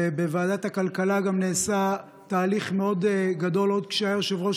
ובוועדת הכלכלה גם נעשה תהליך מאוד גדול עוד כשהיה יושב-ראש